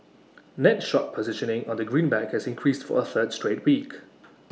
net short positioning on the greenback has increased for A third straight week